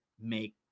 make